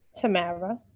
Tamara